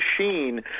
machine